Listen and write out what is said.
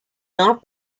not